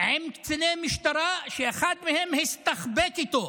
עם קציני משטרה, שאחד מהם הסתחבק איתו.